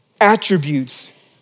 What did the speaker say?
attributes